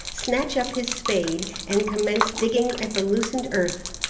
snatch up his spade, and commence digging at the loosened earth.